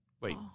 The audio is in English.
Wait